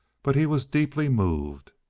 but he was deeply moved.